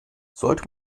sollte